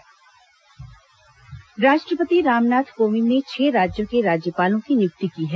राज्यपाल नियुक्त राष्ट्रपति रामनाथ कोविंद ने छह राज्यों के राज्यपालों की नियुक्ति की है